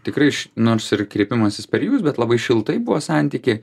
tikrai iš nors ir kreipimasis per jus bet labai šiltai buvo santykiai